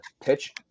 pitch